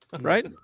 right